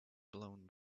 blown